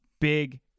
big